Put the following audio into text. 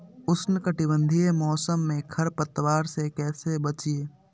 उष्णकटिबंधीय मौसम में खरपतवार से कैसे बचिये?